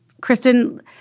Kristen